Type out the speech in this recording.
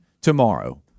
tomorrow